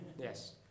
yes